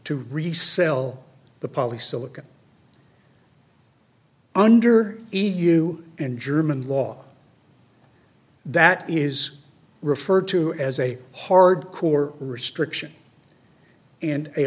to resell the poly silicon under edu in german law that is referred to as a hard core restriction and a